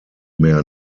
mehr